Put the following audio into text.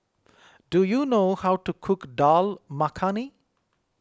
do you know how to cook Dal Makhani